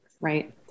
Right